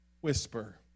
whisper